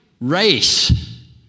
race